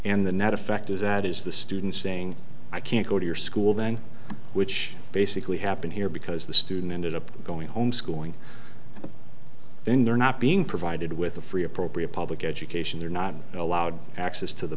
and the net effect is that is the student saying i can't go to your school then which basically happened here because the student ended up going home schooling then they're not being provided with a free appropriate public education they're not allowed access to the